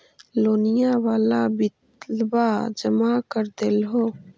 लोनिया वाला बिलवा जामा कर देलहो?